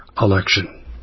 election